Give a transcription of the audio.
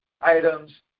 items